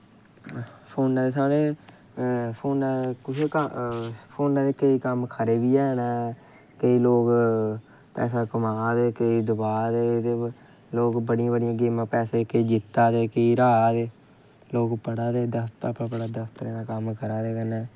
फोना च साढ़े फोना च कुछ फोना च केईं कम्म खरे बी हैन केईं लोग पैसा कमा दे केईं डोआ दे एह्दे पर लोग बड़ियां बड़ियां गेमां केईं जित्ता दे केईं रहा दे लोग पढ़ा दे बड़ा बड़ा दफ्तरें दा कम्म करा दे कन्नै